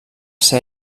ser